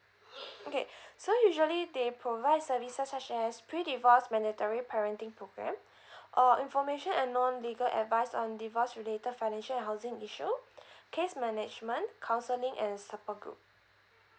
okay so usually they provide services such as pre divorce mandatory parenting program or information and non legal advice on divorce related financial and housing issue case management counselling and support group